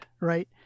Right